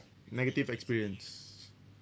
negative experience